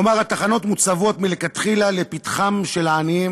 כלומר התחנות מוצבות מלכתחילה לפתחם של העניים,